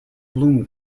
bloom